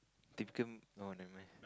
typical oh never mind